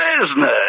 business